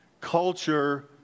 Culture